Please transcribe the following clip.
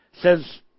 says